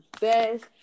best